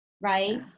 right